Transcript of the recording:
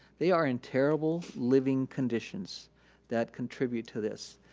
they are in terrible living conditions that contribute to this.